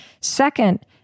Second